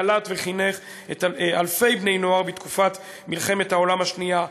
שקלט וחינך אלפי בני-נוער בתקופת מלחמת העולם השנייה,